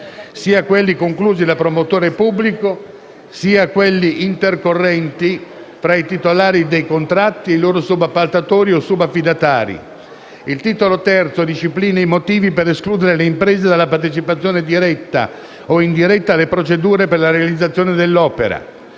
sia quelli conclusi dal promotore pubblico sia quelli intercorrenti fra i titolari dei contratti e i loro subappaltatori o subaffidatari. Il Titolo III disciplina i motivi per escludere le imprese dalla partecipazione, diretta o indiretta, alle procedure per la realizzazione dell'opera.